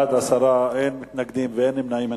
בעד, 10, אין מתנגדים ואין נמנעים.